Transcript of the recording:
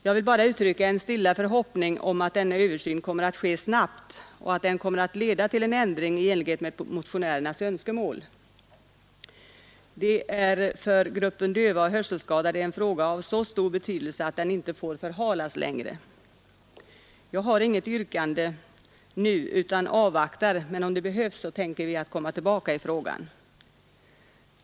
Jag vill bara uttrycka en stilla förhoppning om att denna översyn kommer att ske snabbt och att den kommer att leda till en ändring i enlighet med motionärernas önskemål. Detta är för gruppen döva och hörselskadade en fråga av så stor betydelse att den inte får förhalas. Jag har inget yrkande nu utan avvaktar, men om det behövs kommer jag tillbaka i frågan.